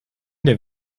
der